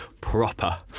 proper